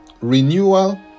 renewal